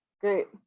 great